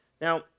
Now